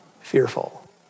fearful